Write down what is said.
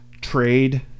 trade